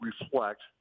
reflect